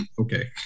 okay